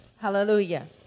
hallelujah